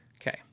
Okay